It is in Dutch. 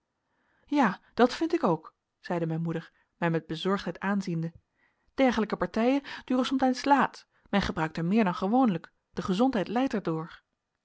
ja dat vind ik ook zeide mijn moeder mij met bezorgdheid aanziende dergelijke partijen duren somtijds laat men gebruikt er meer dan gewoonlijk de gezondheid lijdt